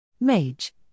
MAGE –